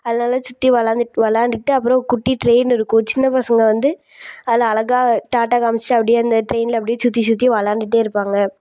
அதுலெலாம் சுற்றி வெளாந் விளையாண்டுகிட்டு அப்புறம் குட்டி ட்ரெயின் இருக்கும் சின்னப்பசங்கள் வந்து அதில் அழகா டாட்டா காமிசிட்டு அப்படியே அந்த ட்ரெயினில் அப்டேயே சுற்றிச்சுத்தி விளாண்டுட்டே இருப்பாங்க